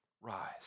rise